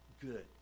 good